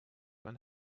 and